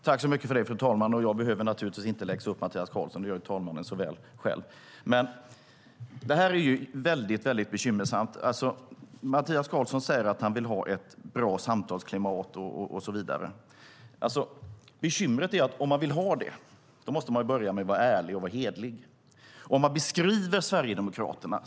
Fru talman! Och jag behöver naturligtvis inte läxa upp Mattias Karlsson, för det gör talmannen så bra själv. Detta är mycket bekymmersamt. Mattias Karlsson säger att han vill ha ett bra samtalsklimat och så vidare. Men bekymret är att om man vill ha det, då måste man börja med att vara ärlig och hederlig.